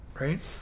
right